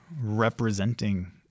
representing